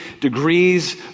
degrees